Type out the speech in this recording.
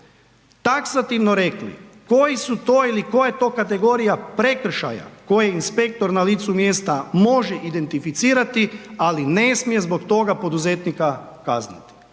taksativno rekli koji su to ili koja je to kategorija prekršaja koje inspektor na licu mjesta može identificirati, ali ne smije zbog toga poduzetnika kazniti.